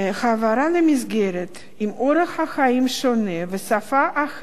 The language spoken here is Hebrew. העברה למסגרת עם אורח חיים שונה ושפה אחרת